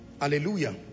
hallelujah